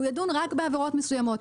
הוא ידון רק בעבירות מסוימות.